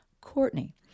Courtney